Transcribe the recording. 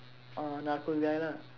uh Narcos guy lah